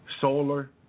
solar